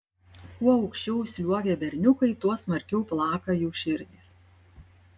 kuo aukščiau sliuogia berniukai tuo smarkiau plaka jų širdys